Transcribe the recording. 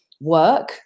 work